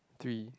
three